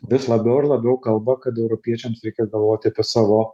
vis labiau ir labiau kalba kad europiečiams reikia galvoti apie savo